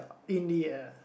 in the air